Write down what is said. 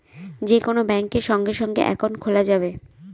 যে কোন ব্যাঙ্কে সঙ্গে সঙ্গে একাউন্ট খোলা যাবে